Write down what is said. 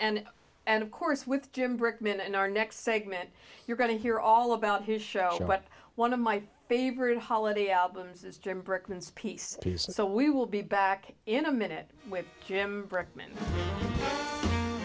and and of course with jim brickman and our next segment you're going to hear all about his show but one of my favorite holiday albums is jim brooklyn's piece so we will be back in a minute with him